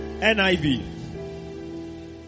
NIV